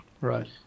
right